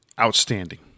outstanding